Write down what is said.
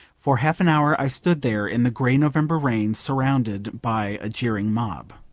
for half an hour i stood there in the grey november rain surrounded by a jeering mob.